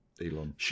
Elon